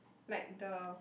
like the